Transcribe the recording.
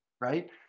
right